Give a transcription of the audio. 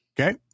Okay